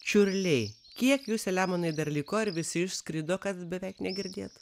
čiurliai kiek jų saliamonai dar liko ar visi išskrido kad beveik negirdėt